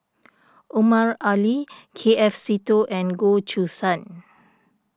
Omar Ali K F Seetoh and Goh Choo San